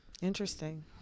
Interesting